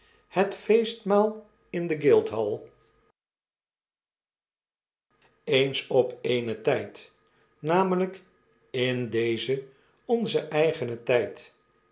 hex fkestmaal in de guildhall eens op eenen tijd namelijk in dezen onze eigenen tijd